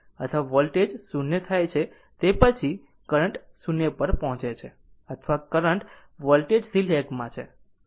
અથવા વોલ્ટેજ 0 થાય તે પછી કરંટ માં 0 પર પહોંચે છે અથવા કરંટ વોલ્ટેજ થી લેગમાં છે